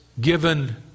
given